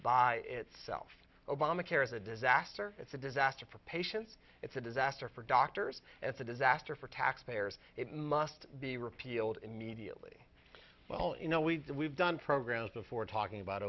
by itself obamacare is a disaster it's a disaster for patients it's a disaster for doctors and it's a disaster for taxpayers it must be repealed immediately well you know we've been we've done programs before talking about